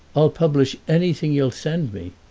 i'll publish anything you'll send me,